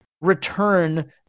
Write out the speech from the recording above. return